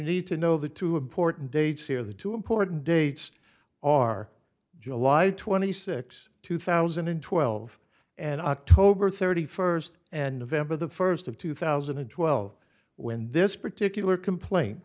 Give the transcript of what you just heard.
need to know the two important dates here the two important dates are july twenty sixth two thousand and twelve and october thirty first and events of the first of two thousand and twelve when this particular complain